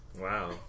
Wow